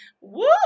Woo